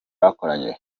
bakoranye